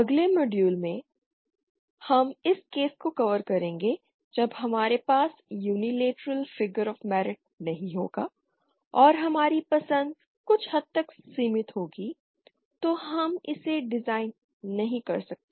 अगले मॉड्यूल में हम इस केस को कवर करेंगे जब हमारे पास यूनीलेटरल फिगर ऑफ मेरिट नहीं होगा और हमारी पसंद कुछ हद तक सीमित होगी तो हम इसे डिजाइन नहीं कर सकते